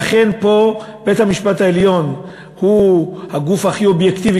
ואכן פה בית-המשפט העליון הוא הגוף הכי אובייקטיבי